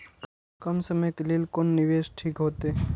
कम समय के लेल कोन निवेश ठीक होते?